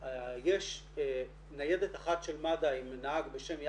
יש ניידת אחת של מד"א עם נהג בשם יאסר,